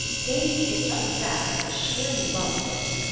davy is just bad from sheer love of it.